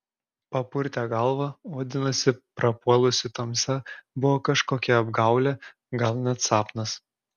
papurtė galvą vadinasi prapuolusi tamsa buvo kažkokia apgaulė gal net sapnas